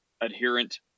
adherent